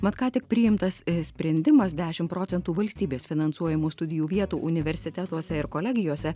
mat ką tik priimtas sprendimas dešim procentų valstybės finansuojamų studijų vietų universitetuose ir kolegijose